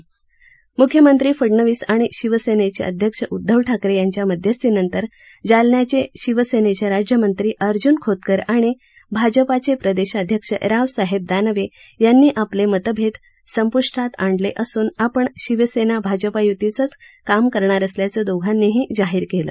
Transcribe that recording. म्ख्यमंत्री फडनवीस आणि शिवसेनेचे अध्यक्ष उद्धव ठाकरे यांच्या मध्यस्थीनंतर जालन्याचे शिवसेनेचे राज्यमंत्री अर्ज्न खोतकर आणि भाजपाचे प्रदेशाध्यक्ष रावसाहेब दानवे यांनी आपले मतभेद संप्ष्टात आणले असून आपण शिवसेना भाजप य्तीचंच काम करणार असल्याचं दोघांनीही जाहीर केलं